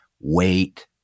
wait